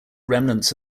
remnants